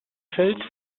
fels